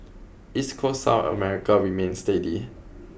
East coast South America remained steady